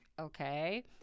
okay